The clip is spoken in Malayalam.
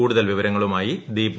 കൂടുതൽ വിവരങ്ങളുമായി ദീപു